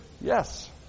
yes